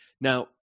Now